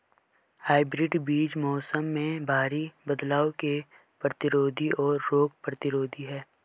hybrid बीज मौसम में भारी बदलाव के प्रतिरोधी और रोग प्रतिरोधी हैं